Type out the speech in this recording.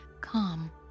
calm